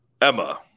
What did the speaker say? Emma